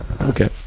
Okay